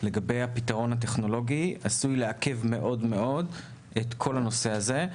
לגבי הפתרון הטכנולוגי עשוי לעכב מאוד את כל הנושא הזה.